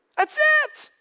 that's it!